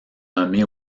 nommés